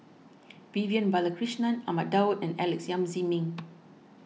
Vivian Balakrishnan Ahmad Daud and Alex Yam Ziming